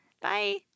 Bye